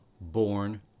Born